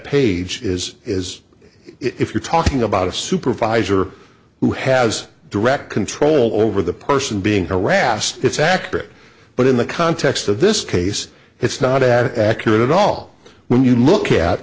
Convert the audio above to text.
page is is if you're talking about a supervisor who has direct control over the person being harassed it's accurate but in the context of this case it's not accurate at all when you look at